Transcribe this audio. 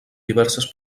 diverses